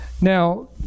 Now